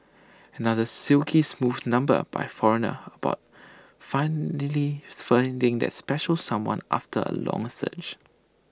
another silky smooth number by foreigner about finally finding that special someone after A long search